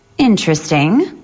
Interesting